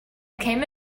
came